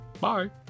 Bye